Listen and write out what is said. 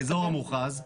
האזור המוכרז.